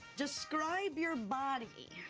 describe your body.